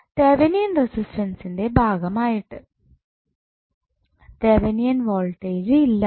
Thevenin റെസിസ്റ്റൻസിൻ്റെ ഭാഗമായിട്ട് Thevenin voltage ഇല്ലാതെ